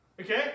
Okay